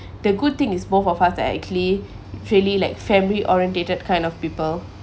the good thing is both of us are actually actually like family orientated kind of people